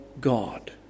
God